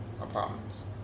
apartments